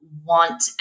want